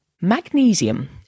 Magnesium